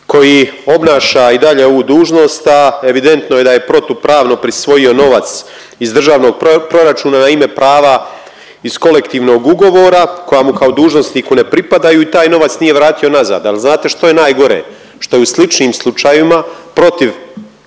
koji obnaša i dalje ovu dužnost, a evidentno je da je protupravno prisvojio novac iz državnog proračuna na ime prava iz kolektivnog ugovoru koja mu kao dužnosniku ne pripadaju i taj novac nije vratio nazad, al znate što je najgore, što je u sličnim slučajevima protiv